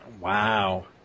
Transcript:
Wow